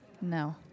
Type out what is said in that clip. No